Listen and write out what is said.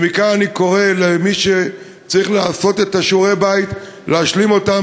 ומכאן אני קורא למי שצריך לעשות את שיעורי-הבית להשלים אותם,